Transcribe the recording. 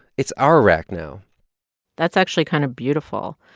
it's our iraq now that's actually kind of beautiful.